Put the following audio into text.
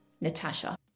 Natasha